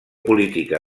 política